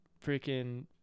freaking